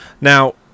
Now